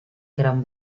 gran